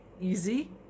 easy